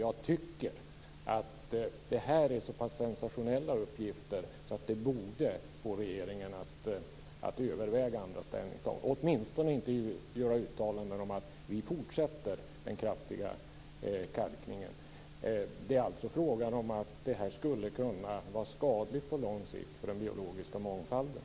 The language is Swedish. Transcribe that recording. Jag tycker att detta är så pass sensationella uppgifter att de borde få regeringen att överväga andra ställningstaganden, åtminstone inte göra uttalanden om att man fortsätter med den kraftiga kalkningen. Den här kalkningen skulle på lång sikt kunna vara skadlig för den biologiska mångfalden.